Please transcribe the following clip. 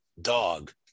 dog